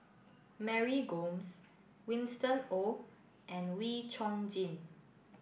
Mary Gomes Winston Oh and Wee Chong Jin